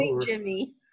Jimmy